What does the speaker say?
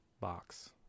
box